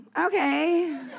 okay